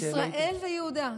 ישראל ויהודה,